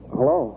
Hello